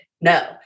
No